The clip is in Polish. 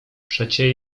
przecie